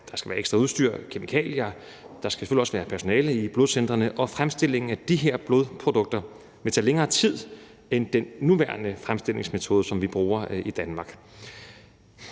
skal være ekstra udstyr, kemikalier, der skal selvfølgelig også være personale i blodcentrene, og fremstillingen af de her blodprodukter vil tage længere tid end den nuværende fremstillingsmetode, som vi bruger i Danmark.